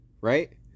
right